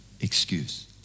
Excuse